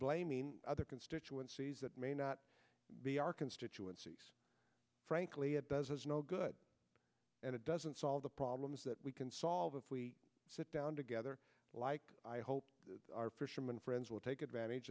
blaming other constituencies that may not be our constituencies frankly it does no good and it doesn't solve the problems that we can solve if we sit down together like i hope our fishermen friends will take advantage